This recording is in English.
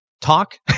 talk